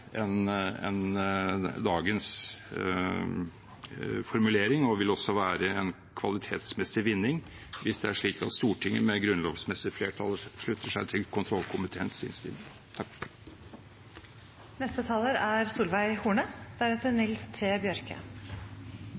dagens formulering, og vil også være en kvalitetsmessig vinning, hvis det er slik at Stortinget med grunnlovsmessig flertall slutter seg til kontrollkomiteens innstilling. Begrunnelsen for å endre Grunnlovens bestemmelse om domstolskontroll er